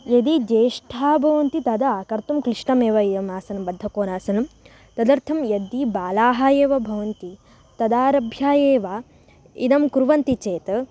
यदि ज्येष्ठाः भवन्ति तदा कर्तुं क्लिष्टमेव इदम् आसनं बद्धकोनासनं तदर्थं यदि बालाः एव भवन्ति तदारभ्य एव इदं कुर्वन्ति चेत्